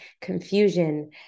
confusion